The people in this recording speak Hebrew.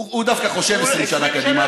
הוא דווקא חושב 20 שנה קדימה.